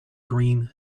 green